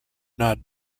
not